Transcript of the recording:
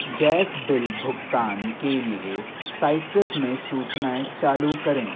gas bill भुगतान के लिए साइट्रस में सूचनाएँ चालू करें